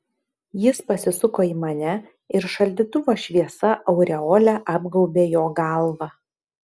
jis pasisuko į mane ir šaldytuvo šviesa aureole apgaubė jo galvą